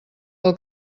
pel